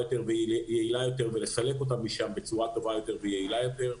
יותר ויעילה יותר ולסלק אותם משם בצורה טובה יותר ויעילה יותר.